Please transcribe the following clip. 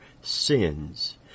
sins